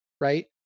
right